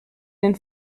den